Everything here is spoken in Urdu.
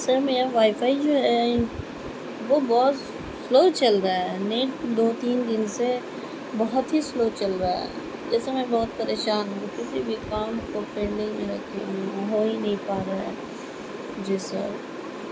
سر میرا وائی فائی جو ہے وہ بہت سلو چل رہا ہے نیٹ دو تین دن سے بہت ہی سلو چل رہا ہے جیسے میں بہت پریشان ہوں کسی بھی کام کو پینڈنگ میں رکھی ہوں ہو ہی نہیں پا رہا ہے جی سر